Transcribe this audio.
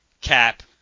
Cap